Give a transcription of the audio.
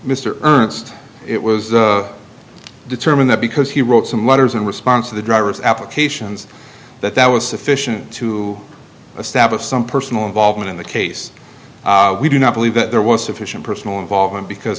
mr ernst it was determined that because he wrote some letters in response to the driver's applications that that was sufficient to establish some personal involvement in the case we do not believe that there was sufficient personal involvement because